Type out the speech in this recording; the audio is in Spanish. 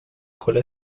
cola